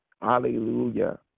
Hallelujah